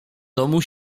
domu